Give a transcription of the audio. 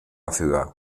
ciudad